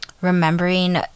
remembering